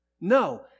No